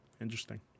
Interesting